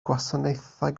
gwasanaethau